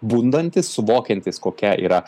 bundantis suvokiantis kokia yra